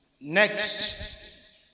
next